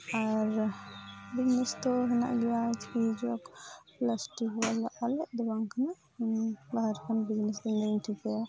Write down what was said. ᱟᱨ business ᱫᱚ ᱢᱮᱱᱟᱜ ᱜᱮᱭᱟ ᱟᱞᱮᱭᱟᱜ ᱫᱚ ᱵᱟᱝ ᱠᱟᱱᱟ ᱞᱟᱦᱟ ᱠᱷᱚᱱ ᱜᱮ ᱵᱤᱡᱽᱱᱮᱥ ᱫᱚᱞᱤᱧ ᱴᱷᱤᱠᱟᱹᱭᱟ